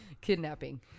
kidnapping